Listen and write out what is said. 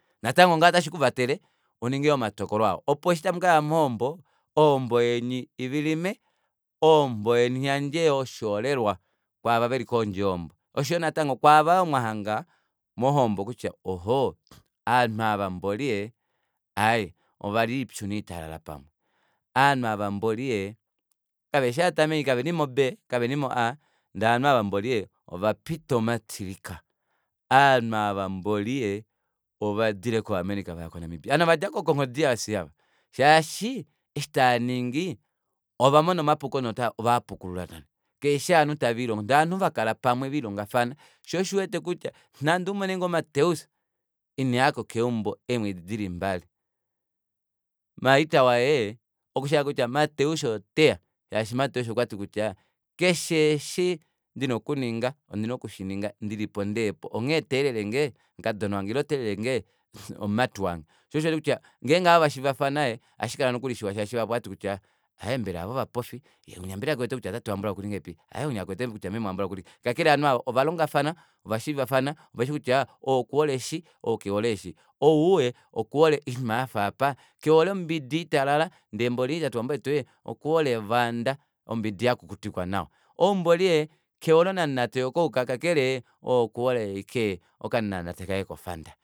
Natango ngaho otashikuvatele uninge omatokolo mawa opo eshi tamukaya mohombo yeni ivilime ohombo yeni iyandje yoo oshiholelwa kwaava veli kondje yohombo oshoyo natango kwaavo yoo mwahanga mohombo kutya ohh aanhu aava mboli ee ovalya oipyu noitalala pamwe ovanhu aava mboli ee kaveshi ovatameki kaveli mo b kavali mo a ndee ovanhu aava mobli ovapita omatilika aanhu aava mboli ovadile ko america ovanhu ovadja ko congo drc aava shaashi eshi taaningi ovamona omapuko novaa pukulula kaveshi ovanhu tavelilongo ndee ovanhu vakala pamwe viilongafana shoo osho uwete kutya nande umone ngoo mateus ineyako keumbo eemwedi dili mbali martha waye okushi ashike kutya mateus oteya shaashi mateus okwati kutya keshe eshi ndina okuninga ondina okushininga ndilipo ndihepo onghee teelelenge mukadona wange ile teelelenge mumati wange shoo osho neekutya ngenge ava vashiivafana ohashikala shiwa shaashi vahapu ohavati kutya aaye mbela ava ovapofi unya mbela kewete kutya tate wambulavo okuli ngahelipi aaye winya mbela kewete kutya meme wambulavo okuli ngahelipi kakele ovanhu ava ovalongafana ovashiivafana oveshi kutya ou okuhole eshi ou kehole eshi ou okuhole oinima yafa aapa kehole ombidi italala ndeemboli tate wambuletu okuhole evanda ombidi yakukutikwa nawa oumboli kehole onamunate yo coce kakele ou okuhole ashike okanamunate ko fanta.